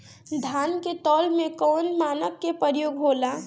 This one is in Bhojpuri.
धान के तौल में कवन मानक के प्रयोग हो ला?